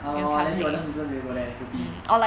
orh then he will just listen you go there to pee